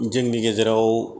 जोंनि गेजेराव